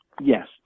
Yes